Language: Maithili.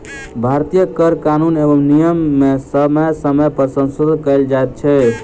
भारतीय कर कानून एवं नियम मे समय समय पर संशोधन कयल जाइत छै